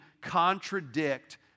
contradict